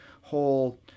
whole